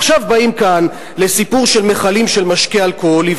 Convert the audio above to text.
עכשיו באים כאן לסיפור של מכלים של משקה אלכוהולי,